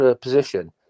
position